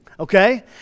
Okay